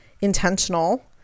intentional